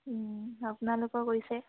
আপোনালোকৰ কৰিছে